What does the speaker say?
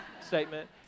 statement